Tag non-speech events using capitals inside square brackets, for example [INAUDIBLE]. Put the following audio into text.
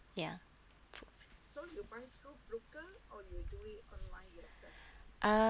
ya [NOISE] uh